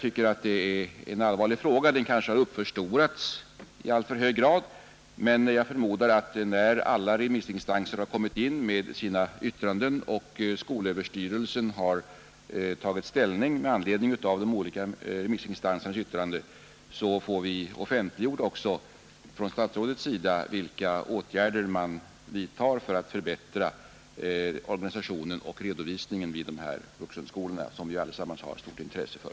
Frågan är allvarlig, men kanske har den uppförstorats i alltför hög grad. När alla remissinstanser inkommit med sina yttranden och skolöverstyrelsen tagit ställning i frågan, förmodar jag att statsrådet kommer att offentliggöra vilka åtgärder som skall vidtagas för att förbättra organisationen och redovisningen vid de vuxenskolor som vi alla har stort intresse för.